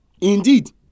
indeed